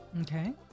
Okay